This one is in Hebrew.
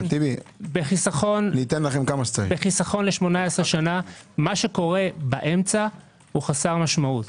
בחיסכון ל-18 שנה מה שקורה באמצע הוא חסר משמעות.